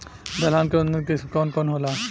दलहन के उन्नत किस्म कौन कौनहोला?